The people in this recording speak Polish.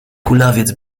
kulawiec